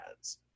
ads